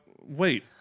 Wait